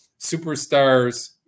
superstars